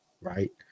right